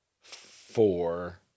four